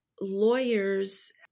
lawyers